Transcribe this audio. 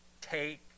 Take